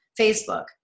Facebook